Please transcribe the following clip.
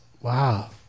Wow